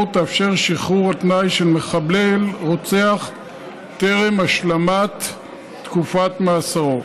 תאפשר שחרור על תנאי של מחבל רוצח טרם השלמת תקופת מאסרו.